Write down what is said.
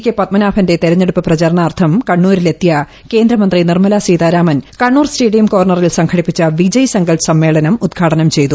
K പത്മനാഭന്റെ തെരഞ്ഞെടുപ്പ് പ്രചരണാർത്ഥം കണ്ണൂരിലെത്തിയ കേന്ദ്രമന്ത്രി നിർമ്മലാ സീതാരാമൻ കണ്ണൂർ സ്റ്റേഡിയം കോർണറിൽ സംഘടിപ്പിച്ച വിജയ് സങ്കല്പ് സമ്മേളനം ഉദ്ഘാടനം ചെയ്തു